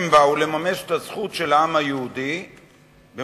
הם באו לממש את הזכות של העם היהודי במולדתו